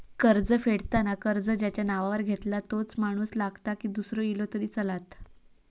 कर्ज फेडताना कर्ज ज्याच्या नावावर घेतला तोच माणूस लागता की दूसरो इलो तरी चलात?